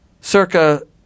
circa